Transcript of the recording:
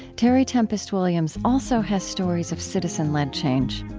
terry tempest williams also has stories of citizen-led change.